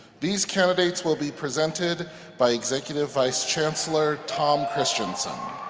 these candidates will be presented by executive vice chancellor, tom christensen.